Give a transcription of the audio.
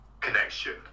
connection